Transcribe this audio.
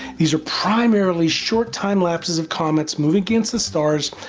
these were primarily short time lapses of comets moving against the stars,